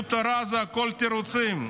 בלימוד תורה, הכול תירוצים.